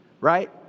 right